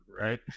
right